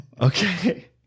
Okay